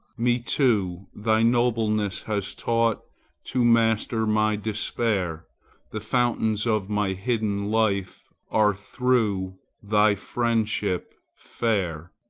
me too thy nobleness has taught to master my despair the fountains of my hidden life are through thy friendship fair.